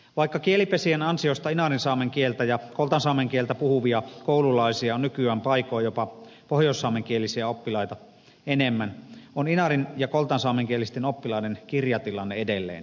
vaikka kielipesien ansiosta inarinsaamen kieltä ja koltansaamen kieltä puhuvia koululaisia on nykyään paikoin jopa pohjoissaamenkielisiä oppilaita enemmän on inarin ja koltansaamenkielisten oppilaiden kirjatilanne edelleen heikko